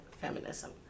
Feminism